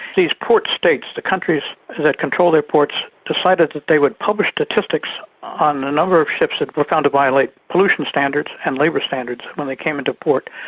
these port states, the countries that control their ports, decided that they would publish statistics on the number of ships that were found to violate pollution standards and labour standards when they came into port.